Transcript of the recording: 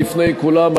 לפני כולם,